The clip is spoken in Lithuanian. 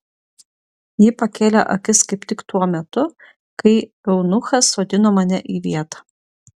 ji pakėlė akis kaip tik tuo metu kai eunuchas sodino mane į vietą